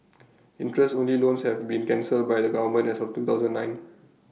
interest only loans have been cancelled by the government as of two thousand nine